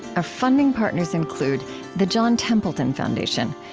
our funding partners include the john templeton foundation,